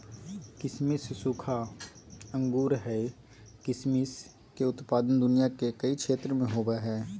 किसमिस सूखा अंगूर हइ किसमिस के उत्पादन दुनिया के कई क्षेत्र में होबैय हइ